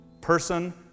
person